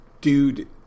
dude